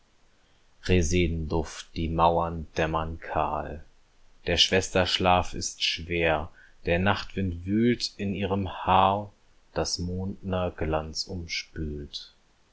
resedenduft die mauern dämmern kahl der schwester schlaf ist schwer der nachtwind wühlt in ihrem haar das mondner glanz umspült